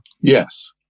Yes